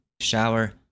shower